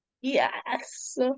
Yes